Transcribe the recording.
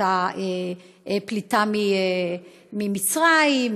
הייתה פליטה ממצרים,